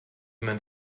man